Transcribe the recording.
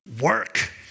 work